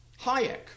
Hayek